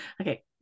okay